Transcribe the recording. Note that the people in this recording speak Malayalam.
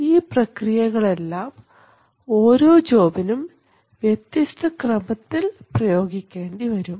ഈ പ്രക്രിയകളെല്ലാം ഓരോ ജോബിനും വ്യത്യസ്ത ക്രമത്തിൽ പ്രയോഗിക്കേണ്ടി വരും